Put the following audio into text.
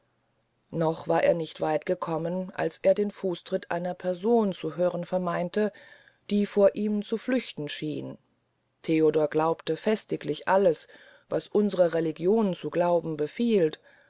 noch war er nicht weit gekommen als er den fußtritt einer person zu hören vermeinte die vor ihm zu flüchten schien theodor glaubte festiglich alles was unsre heilige religion zu glauben befiehlt